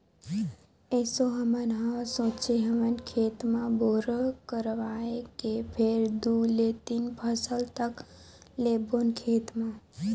एसो हमन ह सोचे हवन खेत म बोर करवाए के फेर दू ले तीन फसल तक लेबो खेत म